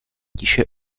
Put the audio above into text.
tiše